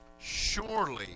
Surely